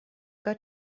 got